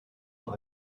nur